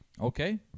Okay